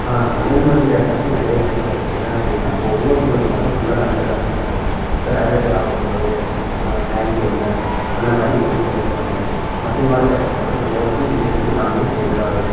தமிழ் மொழி பேசுறதுக்கு நிறையா பிரச்சனை இருக்குது என்ன அப்படின்னா இப்போ ஒவ்வொருத்தரும் வந்து பாத்தோன்னா ஃபுல்லாக தமிழில் பேச மாட்டாங்க இப்போ கடையில் போய் வாங்கும் போது மேகி கொடுங்க அந்த மாதிரி இங்கிலீஷில் பேசுவாங்க மத்தவங்க கூட பேசும்போது மோஸ்ட்லி இங்கிலீஸும் தமிழும் சேர்ந்து தான் வரும்